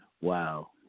Wow